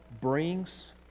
brings